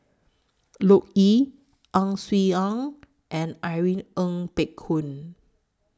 Loke Yew Ang Swee Aun and Irene Ng Phek Hoong